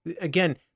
again